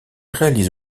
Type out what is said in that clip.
réalise